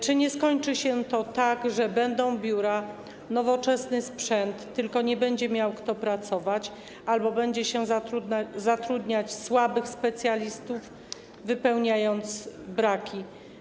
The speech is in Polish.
Czy nie skończy się to tak, że będą biura, nowoczesny sprzęt, tylko nie będzie miał kto pracować albo będzie się zatrudniać słabych specjalistów, wypełniając braki?